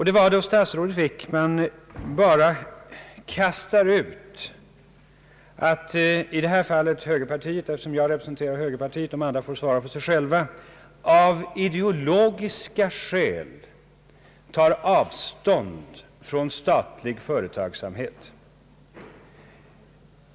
Det var då statsrådet Wickman bara kastade ut att högerpartiet — jag nämner bara högerpartiet eftersom jag representerar det; de andra får svara för sig själva — av ideologiska skäl skulle ta avstånd från statlig företagsamhet.